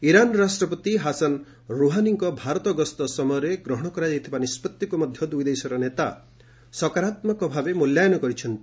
Iran ରାଷ୍ଟ୍ରପତି Hassan ରୁହାନଙ୍କ ଭାରତ ଗସ୍ତ ସମୟରେ ଗ୍ରହଣ କରାଯାଇଥିବା ନିଷ୍ପଭିକୁ ମଧ୍ୟ ଦୁଇଦେଶର ନେତା ସକାରାତ୍ମକ ଭାବେ ମୂଲ୍ୟାୟନ କରିଛନ୍ତି